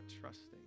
trusting